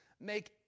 make